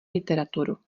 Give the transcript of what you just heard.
literaturu